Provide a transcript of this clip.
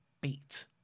beat